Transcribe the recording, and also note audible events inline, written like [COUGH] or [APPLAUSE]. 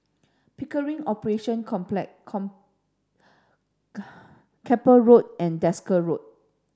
Pickering Operations Complex [UNINTELLIGIBLE] Keppel Road and Desker Road